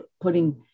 putting